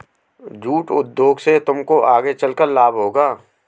jute उगाने से तुमको आगे चलकर लाभ होगा